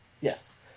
Yes